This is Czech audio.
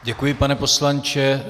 Děkuji, pane poslanče.